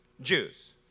Jews